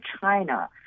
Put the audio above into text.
China